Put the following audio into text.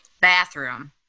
bathroom